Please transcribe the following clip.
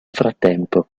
frattempo